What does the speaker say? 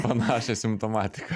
panašią simptomatiką